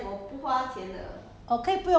so how much you spend in the game